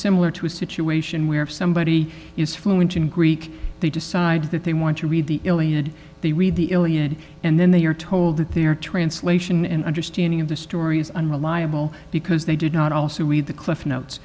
similar to a situation where if somebody is fluent in greek they decide that they want to read the iliad they read the iliad and then they are told that their translation and understanding of the story is unreliable because they did not also read the cliff notes